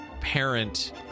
parent